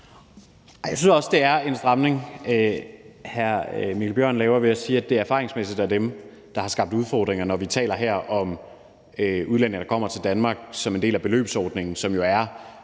Jeg synes også, det er en stramning, hr. Mikkel Bjørn laver ved at sige, at det erfaringsmæssigt er dem, der har skabt udfordringer, når vi her taler om udlændinge, der kommer til Danmark som en del af beløbsordningen, og som jo er